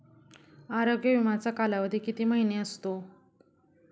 आरोग्य विमाचा कालावधी किती महिने असतो?